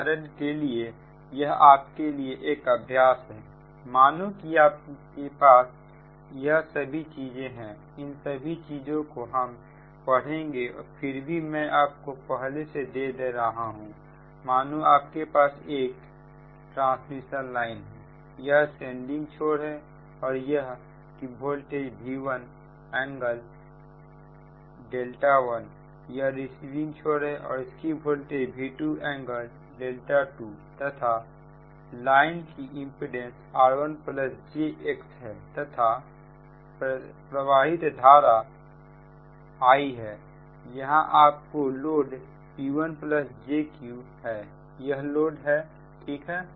उदाहरण के लिए यह आपके लिए एक अभ्यास है मानो कि आपके पास यह सभी चीजें हैं इन सभी चीजों को हम पढ़ेंगे फिर भी मैं आपको पहले से दे रहा हूं मानो आपके पास एक ट्रांसमिशन लाइन है यह सेंडिंग छोर है और यहां की वोल्टेज V1∠δ1 यह रिसिविंग छोर है और इसकी वोल्टेज V2 ∠δ2 तथा लाइन की इंपेडेंस r j x है तथा प्रवाहित धारा I है और यहां आपका लोड P j Q है यह लोड है ठीक है